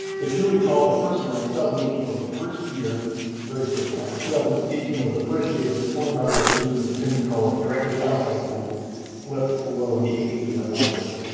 if you recall the first, like two thousand and eighteen was the first year. the very first line two thousand and eighteen was the first year that the total number of students attending college directly out of high school slipped below the eight year average.